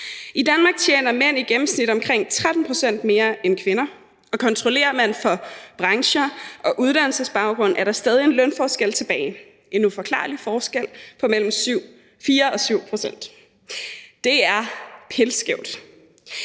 I Danmark tjener mænd i gennemsnit omkring 13 pct. mere end kvinder, og kontrollerer man for brancher og uddannelsesbaggrund, er der stadig en lønforskel tilbage – en uforklarlig forskel på mellem 4 og 7 pct. Det er pilskævt.